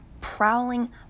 prowling